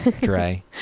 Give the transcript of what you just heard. Dre